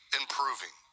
improving